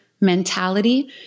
mentality